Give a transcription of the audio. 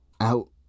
out